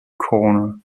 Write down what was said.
corner